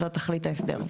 זאת תכלית ההסדר.